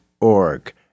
org